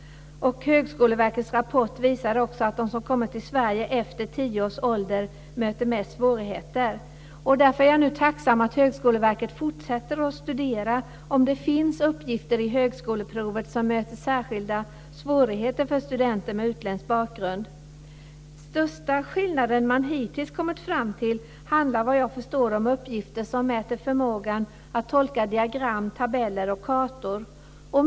Högskoleverkets rapport visar också att de som kommit till Sverige efter tio års ålder möter mest svårigheter. Därför är jag tacksam för att Högskoleverket nu fortsätter att studera om det finns uppgifter i högskoleprovet som möter särskilda svårigheter för studenter med utländsk bakgrund. Den största skillnaden som man hittills har kommit fram till handlar, såvitt jag förstår, om uppgifter som mäter förmågan att tolka diagram, tabeller och kartor.